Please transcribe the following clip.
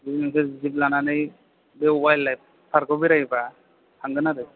नों बे जिप लानानै बे अवाइल लाइफ पार्कआव बेरायोब्ला थांगोन आरो